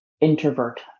introvert